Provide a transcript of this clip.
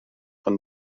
ond